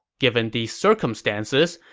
given these circumstances,